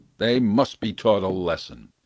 they must be taught a lesson.